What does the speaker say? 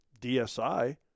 DSI